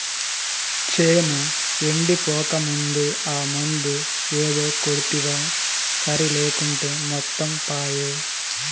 చేను ఎండిపోకముందే ఆ మందు ఏదో కొడ్తివా సరి లేకుంటే మొత్తం పాయే